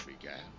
began